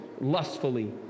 Lustfully